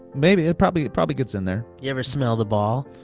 maybe, it probably it probably gets in there. you ever smell the ball?